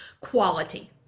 quality